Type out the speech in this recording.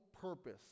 purpose